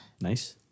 Nice